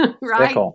Right